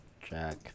Jack